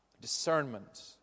discernment